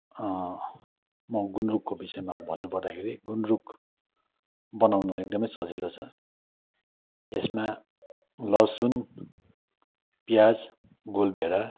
म गुन्द्रुकको विषयमा भन्नुपर्दाखेरि गुन्द्रुक बनाउनु एकदमै सजिलो छ यसमा लसुन प्याज गोलभेडा